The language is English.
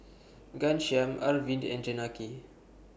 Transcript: Ghanshyam Arvind and Janaki